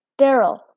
Daryl